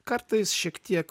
kartais šiek tiek